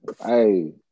hey